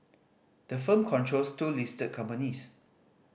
the firm controls two listed companies